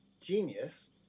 genius